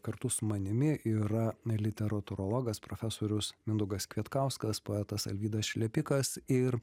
kartu su manimi yra literatūrologas profesorius mindaugas kvietkauskas poetas alvydas šlepikas ir